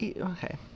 okay